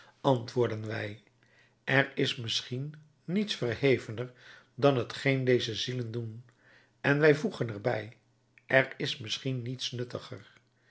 antwoorden wij er is misschien niets verhevener dan t geen deze zielen doen en wij voegen er bij er is misschien niets nuttiger